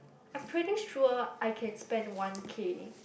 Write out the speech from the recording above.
I'm pretty sure I can spend one K